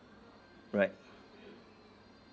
right